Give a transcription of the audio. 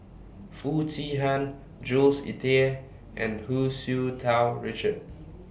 Foo Chee Han Jules Itier and Hu Tsu Tau Richard